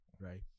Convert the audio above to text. right